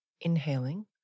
inhaling